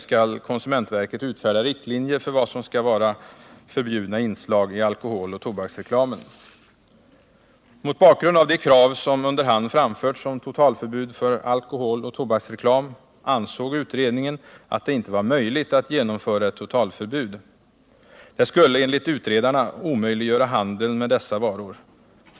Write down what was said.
Mot bakgrund av de krav som under hand framförts på totalförbud för alkoholoch tobaksreklam, ansåg utredningen att det inte var möjligt att genomföra ett totalförbud. Det skulle enligt utredarna omöjliggöra handel med dessa varor.